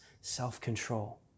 self-control